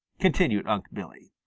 continued unc' billy.